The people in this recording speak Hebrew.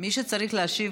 מי שצריך להשיב,